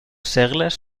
segles